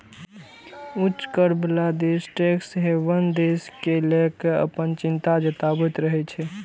उच्च कर बला देश टैक्स हेवन देश कें लए कें अपन चिंता जताबैत रहै छै